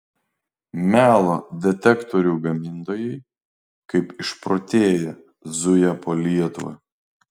melo detektorių gamintojai kaip išprotėję zuja po lietuvą